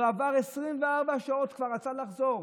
לא עברו 24 שעות, כבר רצה לחזור.